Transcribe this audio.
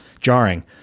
jarring